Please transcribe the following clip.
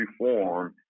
reform